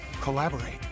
collaborate